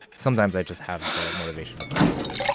sometimes i just have the motivation to push through it